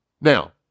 Now